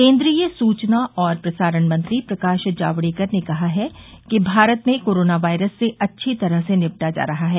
केन्द्रीय सूचना और प्रसारण मंत्री प्रकाश जावड़ेकर ने कहा है कि भारत में कोरोना वायरस से अच्छी तरह से निपटा जा रहा है